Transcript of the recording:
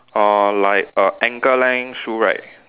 uh like a ankle length shoe right